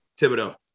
Thibodeau